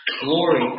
Glory